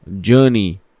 journey